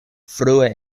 frue